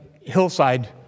hillside